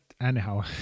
anyhow